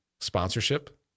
sponsorship